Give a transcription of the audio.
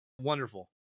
wonderful